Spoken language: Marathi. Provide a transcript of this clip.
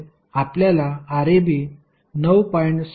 आपल्याला Rab 9